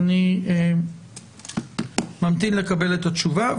אני ממתין לקבל את התשובה.